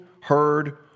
heard